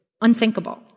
unthinkable